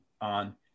on